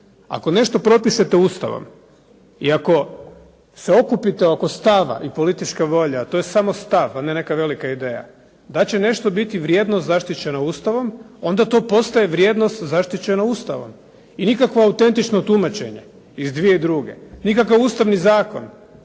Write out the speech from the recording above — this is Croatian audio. Ako nešto propišete Ustavom i ako se okupite oko stava i političke volje, a to je samo stav a ne neka velika ideja da će nešto biti vrijedno zaštićeno Ustavom onda to postoje vrijednost zaštićena Ustavom i nikakvo autentično tumačenje iz 2002., nikakav Ustavni zakon